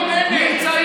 איפה בנט?